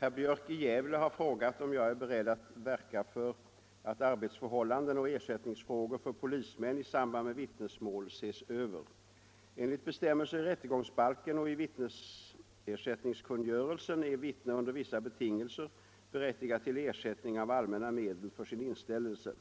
Herr Björk i Gävle har frågat om jag är beredd att verka för att arbetsförhållanden och ersättningsfrågor för polismän i samband med vittnesmål ses över. Enligt bestämmelser i rättegångsbalken och i vittnesersättningskungörelsen är vittne under vissa betingelser berättigat till ersättning av allmänna medel för sin inställelse.